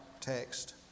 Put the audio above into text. text